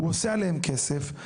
הוא עושה עליהם כסף,